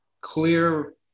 clear